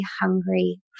hungry